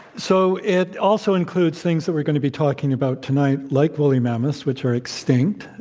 so it also includes things that we're going to be talking about tonight, like woolly mammoths, which are extinct.